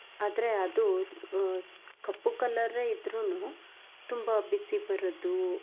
ಆದರೆ ಅದು ಕಪ್ಪು ಕಲ್ಲರೇ ಇದ್ರೂ ತುಂಬ ಬಿಸಿ ಬರೋದು